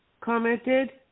commented